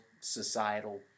societal